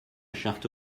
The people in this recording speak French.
charte